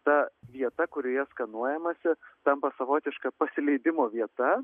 ta vieta kurioje skanuojamasi tampa savotiška pasileidimo vieta